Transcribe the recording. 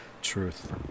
Truth